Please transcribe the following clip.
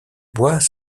bois